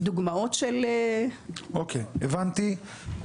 אוקיי, הבנתי.